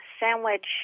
sandwich